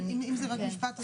אם זה רק משפט,